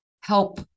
help